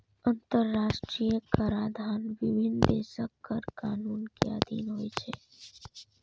अंतरराष्ट्रीय कराधान विभिन्न देशक कर कानून के अधीन होइ छै